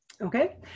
Okay